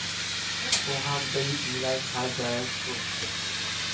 पोहाक दहीत मिलइ खाल जा छेक